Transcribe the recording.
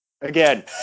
Again